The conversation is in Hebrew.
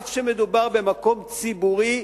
אף שמדובר במקום ציבורי,